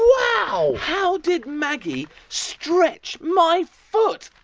wow! how did maggie stretch my foot?